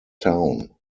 town